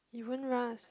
it won't rust